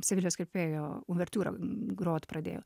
sevilijos kirpėjo uvertiūra grot pradėjo